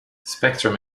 spectrum